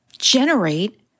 generate